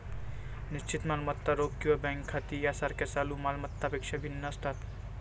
निश्चित मालमत्ता रोख किंवा बँक खाती यासारख्या चालू माल मत्तांपेक्षा भिन्न असतात